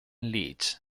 leech